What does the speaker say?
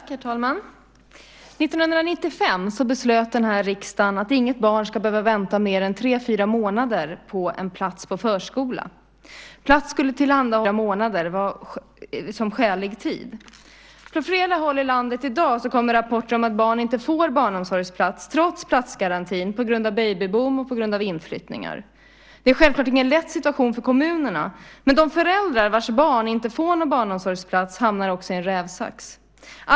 Herr talman! År 1995 beslöt riksdagen att inget barn ska behöva vänta mer än tre fyra månader på en plats på förskola. Plats skulle tillhandahållas utan oskäligt dröjsmål. I förarbetena till lagen angavs att tre fyra månader var skälig tid. Från flera håll i landet kommer i dag rapporter om att barn inte får barnomsorgsplats trots platsgarantin på grund av babyboom och inflyttningar. Det är självklart ingen lätt situation för kommunerna. Men de föräldrar vars barn inte får någon barnomsorgsplats hamnar också i en rävsax.